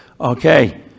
okay